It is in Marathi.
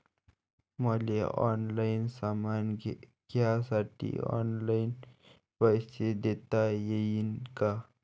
मले ऑनलाईन सामान घ्यासाठी ऑनलाईन पैसे देता येईन का?